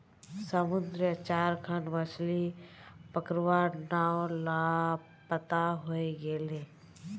समुद्रत चार खन मछ्ली पकड़वार नाव लापता हई गेले